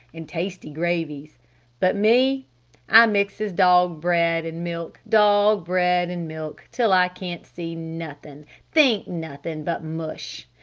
and tasty gravies but me i mixes dog bread and milk dog bread and milk till i can't see nothing think nothing but mush.